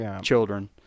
children